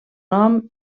nom